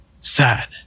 sad